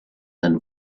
and